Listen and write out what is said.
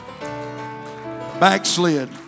Backslid